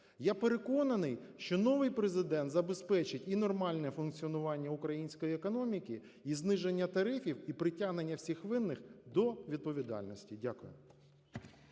Я переконаний, що новий Президент забезпечить і нормальне функціонування української економіки, і зниження тарифів, і притягнення всіх винних до відповідальності. Дякую.